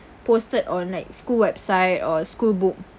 posted on like school website or school book